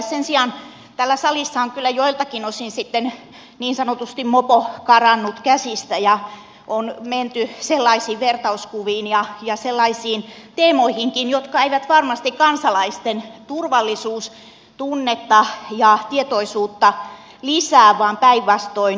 sen sijaan täällä salissa on kyllä joiltakin osin sitten niin sanotusti mopo karannut käsistä ja on menty sellaisiin vertauskuviin ja sellaisiin teemoihinkin jotka eivät varmasti kansalaisten turvallisuudentunnetta ja tietoisuutta lisää vaan päinvastoin hajottavat